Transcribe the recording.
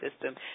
system